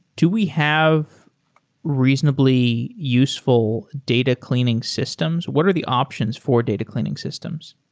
do we have reasonably useful data cleaning systems? what are the options for data cleaning systems?